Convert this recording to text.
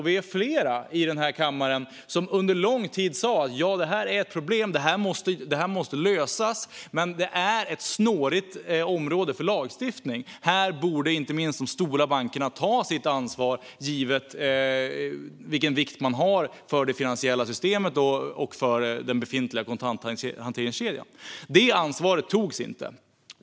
Vi är flera i den här kammaren som under lång tid har sagt: Ja, det är ett problem, och det måste lösas. Men det är ett snårigt område för lagstiftning. Här borde inte minst de stora bankerna ta sitt ansvar, givet den vikt de har för det finansiella systemet och den befintliga kontanthanteringskedjan. Det ansvaret togs inte.